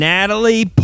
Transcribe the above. Natalie